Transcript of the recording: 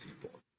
people